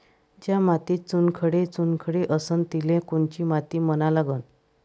ज्या मातीत चुनखडे चुनखडे असन तिले कोनची माती म्हना लागन?